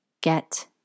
get